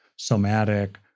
somatic